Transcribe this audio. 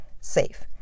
safe